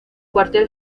cuartel